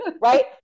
Right